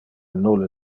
nulle